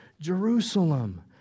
Jerusalem